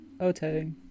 okay